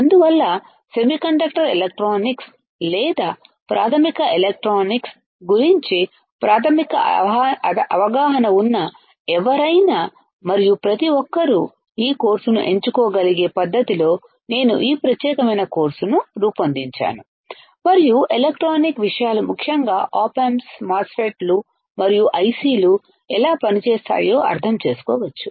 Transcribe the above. అందువల్ల semiconductor electronics లేదా ప్రాథమిక ఎలక్ట్రానిక్స్ గురించి ప్రాథమిక అవగాహన ఉన్న ఎవరైనా మరియు ప్రతి ఒక్కరూ ఈ కోర్సును ఎంచుకోగలిగే పద్ధతిలో నేను ఈ ప్రత్యేకమైన కోర్సును రూపొందించాను మరియు ఎలక్ట్రానిక్ విషయాలు ముఖ్యంగా ఆప్ ఆంప్స్ MOSFET లు మరియు IC లు ఎలా పనిచేస్తాయో అర్థం చేసుకోవచ్చు